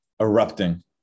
erupting